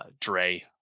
Dre